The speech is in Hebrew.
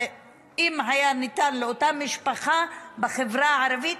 אם היה ניתן אותו סיוע לאותה משפחה בחברה הערבית,